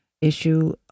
issue